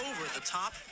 over-the-top